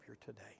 today